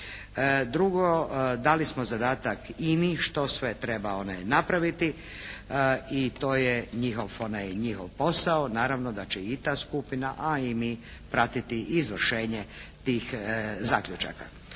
Drugo, dali smo zadatak INA-i što sve treba napraviti i to je njihov posao. Naravno da će i ta skupina a i mi pratiti izvršenje tih zaključaka.